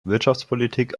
wirtschaftspolitik